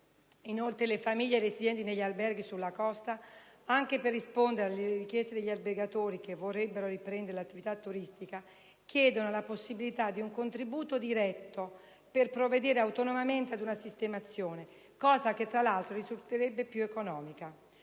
Inoltre, le famiglie residenti negli alberghi sulla costa, anche per rispondere alle richieste degli albergatori che vorrebbero riprendere l'attività turistica, chiedono la possibilità di un contributo diretto per provvedere autonomamente ad una sistemazione, cosa che tra l'altro risulterebbe più economica.